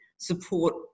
support